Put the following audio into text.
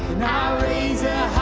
now raises